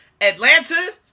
Atlanta